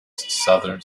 southern